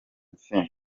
intsinzi